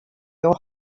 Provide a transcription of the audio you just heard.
your